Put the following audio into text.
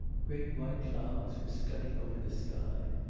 great white clouds were scudding over the sky,